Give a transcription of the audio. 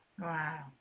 wow